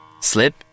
Slip